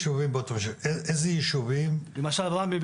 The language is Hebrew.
למשל,